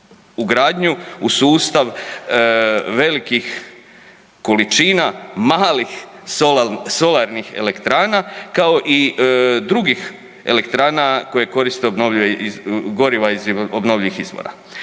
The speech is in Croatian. ugradnju u sustav velikih količina malih solarnih elektrana, kao i drugih elektrana koje koriste goriva iz obnovljivih izvora.